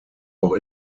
auch